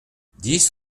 dix